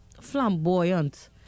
flamboyant